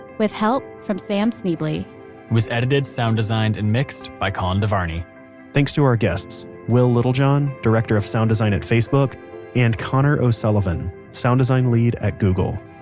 with help from sam schneble. it was edited, sound designed and mixed by colin devarney thanks to our guests will littlejohn, director of sound design at facebook and conor o'sullivan, sound design lead at google.